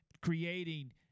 creating